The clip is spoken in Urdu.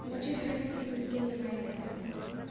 مجھے ہر قسم کے ملائی دکھاؤ